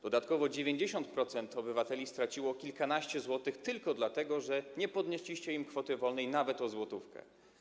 Dodatkowo 90% obywateli straciło kilkanaście zł tylko dlatego, że nie podnieśliście im kwoty wolnej od podatku nawet o złotówkę.